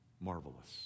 marvelous